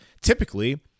Typically